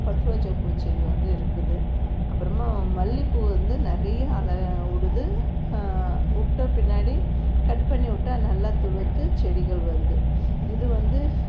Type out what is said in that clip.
but ரோஜா பூ செடி வந்து இருக்குது அப்புறமாக மல்லி பூ வந்து நிறைய அல உடுது விட்ட பின்னாடி கட் பண்ணி விட்டா நல்லா துளுத்து செடிகள் வருது இது வந்து